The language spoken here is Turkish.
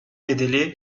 bedeli